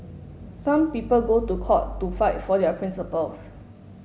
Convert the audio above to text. some people go to court to fight for their principles